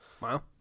Wow